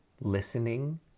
listening